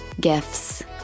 gifts